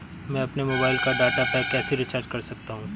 मैं अपने मोबाइल का डाटा पैक कैसे रीचार्ज कर सकता हूँ?